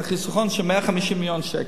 זה חיסכון של 150 מיליון שקל,